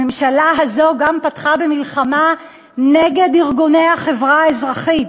הממשלה הזאת גם פתחה במלחמה נגד ארגוני החברה האזרחית.